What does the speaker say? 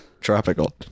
Tropical